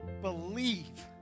believe